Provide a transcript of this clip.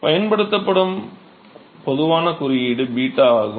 அதற்கு பயன்படுத்தப்படும் பொதுவான குறியீடு 𝞫 ஆகும்